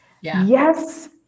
Yes